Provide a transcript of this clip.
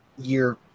Year